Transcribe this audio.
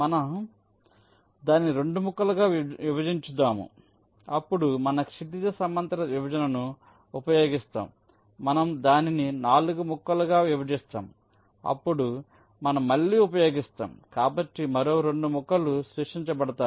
మనం దానిని 2 ముక్కలుగా విభజిధామ్ అప్పుడు మనం క్షితిజ సమాంతర విభజనను ఉపయోగిస్తాంమనం దానిని 4 ముక్కలుగా విభజిస్తాంఅప్పుడు మనం మళ్ళీ ఉపయోగిస్తాం కాబట్టి మరో 2 ముక్కలు సృష్టించబడతాయి